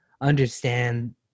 understand